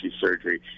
surgery